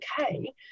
okay